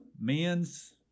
Men's